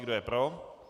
Kdo je pro?